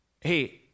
hey